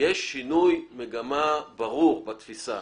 יש שינוי מגמה ברור בתפיסה.